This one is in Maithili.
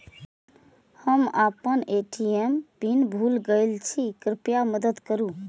हम आपन ए.टी.एम पिन भूल गईल छी, कृपया मदद करू